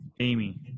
Amy